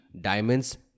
diamonds